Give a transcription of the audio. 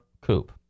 coupe